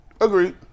Agreed